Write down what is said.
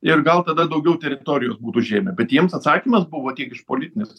ir gal tada daugiau teritorijų užėmę bet jiems atsakymas buvo tiek iš politinės